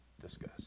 Discuss